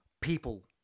People